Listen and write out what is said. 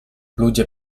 ludzie